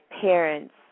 parents